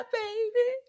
baby